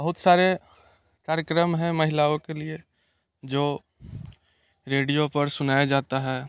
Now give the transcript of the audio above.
बहुत सारे कार्यक्रम है महिलाओं के लिए जो रेडियो पर सुनाया जाता है